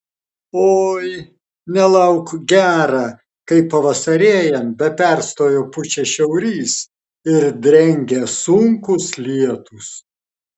oi nelauk gera kai pavasarėjant be perstojo pučia šiaurys ir drengia sunkūs lietūs